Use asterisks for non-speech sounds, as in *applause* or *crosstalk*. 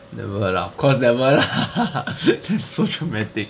never lah of course never lah *laughs* that's so dramatic